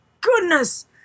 goodness